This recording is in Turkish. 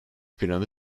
planı